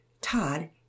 Todd